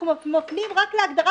אנחנו מפנים רק להגדרת